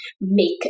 make